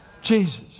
Jesus